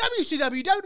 WCW